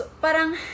parang